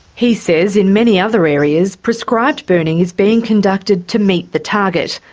he says in many other areas prescribed burning is being conducted to meet the target,